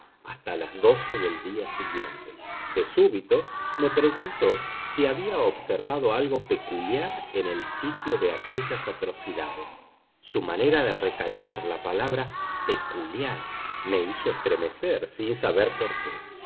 hasta las doce del día siguiente de súbito me preguntó si había observado algo peculiar en el sitio de aquellas atrocidades su manera de recalcar la palabra peculiar me hizo estremecer sin saber por qué